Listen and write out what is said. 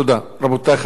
רבותי חברי הכנסת,